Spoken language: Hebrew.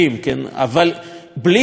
אבל בלי תוכנית ברורה,